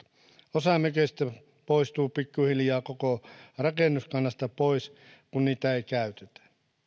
osa mökeistä poistuu pikkuhiljaa koko rakennuskannasta pois kun niitä ei käytetä